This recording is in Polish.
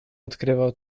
odkrywał